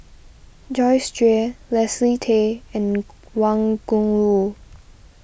Joyce Jue Leslie Tay and Wang Gungwu